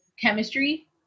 chemistry